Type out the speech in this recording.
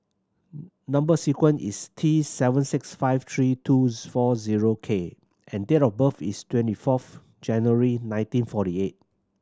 number sequence is T seven six five three two four zero K and date of birth is twenty fourth January nineteen forty eight